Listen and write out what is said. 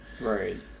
Right